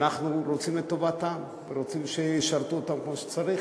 ואנחנו רוצים את טובת העם ורוצים שישרתו אותו כמו שצריך,